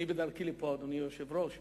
בדרכי לפה אמר לי